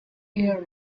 year